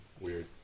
weird